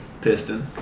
Piston